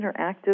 interactive